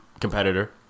competitor